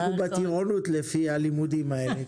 אנחנו בטירונות לפי הלימודים האלה.